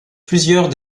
plusieurs